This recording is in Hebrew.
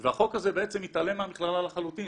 והחוק הזה בעצם מתעלם מהמכללה לחלוטין.